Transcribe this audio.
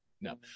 no